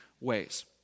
ways